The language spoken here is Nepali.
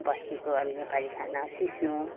बस्तीको अब नेपाली खाना सिस्नु